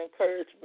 encouragement